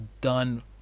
done